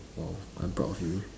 !wow! I'm proud of you